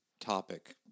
topic